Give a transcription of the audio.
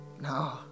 no